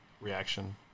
Reaction